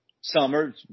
Summer